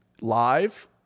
live